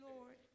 Lord